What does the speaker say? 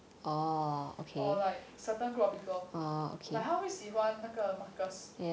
or like certain group of people like 他会喜欢那个 marcus